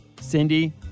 Cindy